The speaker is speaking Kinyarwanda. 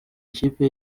ikipe